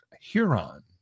Huron